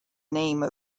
name